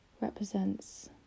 Represents